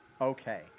Okay